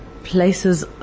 places